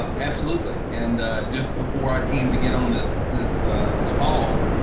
absolutely and just before i came to get on this, this this call,